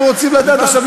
אנחנו רוצים לדעת עכשיו,